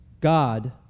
God